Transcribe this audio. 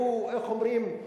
היא, איך אומרים?